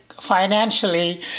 financially